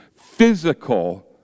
physical